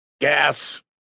gas